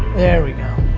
there we go.